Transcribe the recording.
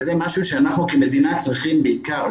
וזה משהו שאנחנו כמדינה צריכים בעיקר,